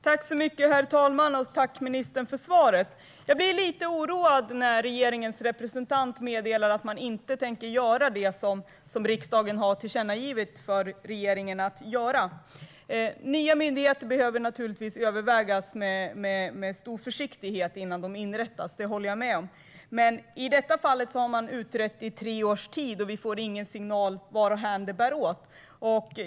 Herr talman! Tack, ministern, för svaret! Jag blir lite oroad när regeringens representant meddelar att man inte tänker göra det som riksdagen har tillkännagivit till regeringen att den ska göra. Nya myndigheter behöver naturligtvis övervägas med stor noggrannhet innan de inrättas - det håller jag med om - men i detta fall har man utrett i tre års tid utan att vi får någon signal om varthän det bär.